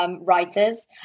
writers